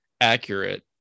accurate